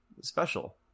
special